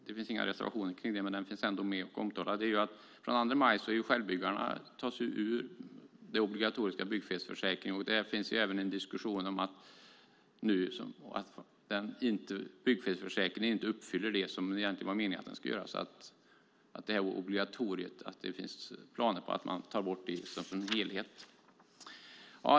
Det finns inga reservationer kring detta, men den finns ändå med och är omtalad. Det handlar om att från den 2 maj tas självbyggarna ur den obligatoriska byggfelsförsäkringen. Där finns nu även en diskussion om att byggfelsförsäkringen inte uppfyller det den var meningen att uppfylla, så det finns planer på att man tar bort obligatoriet som helhet.